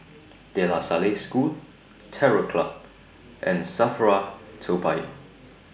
De La Salle School Terror Club and SAFRA Toa Payoh